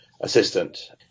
assistant